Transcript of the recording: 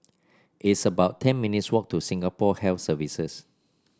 it's about ten minutes' walk to Singapore Health Services